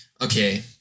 Okay